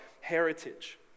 heritage